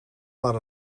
naar